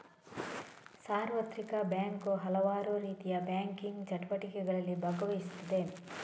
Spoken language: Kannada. ಸಾರ್ವತ್ರಿಕ ಬ್ಯಾಂಕು ಹಲವಾರುರೀತಿಯ ಬ್ಯಾಂಕಿಂಗ್ ಚಟುವಟಿಕೆಗಳಲ್ಲಿ ಭಾಗವಹಿಸುತ್ತದೆ